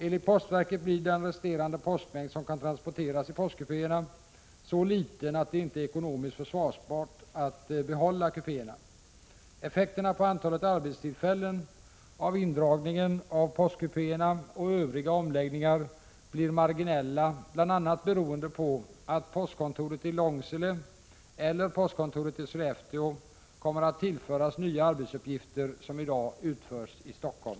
Enligt postverket blir den resterande postmängd som kan transporteras i postkupéerna så liten att det inte är ekonomiskt försvarbart att behålla kupéerna. Effekterna på antalet arbetstillfällen av indragningen av postkupéerna och övriga omläggningar blir marginella, bl.a. beroende på att postkontoret i Långsele eller postkontoret i Sollefteå kommer att tillföras nya arbetsuppgifter som i dag utförs i Stockholm.